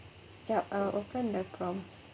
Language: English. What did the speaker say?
ya I'll open the prompts